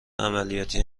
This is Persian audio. عملیاتی